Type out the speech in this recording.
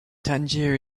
tangier